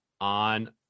on